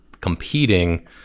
competing